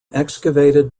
excavated